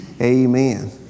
Amen